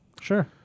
Sure